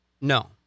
No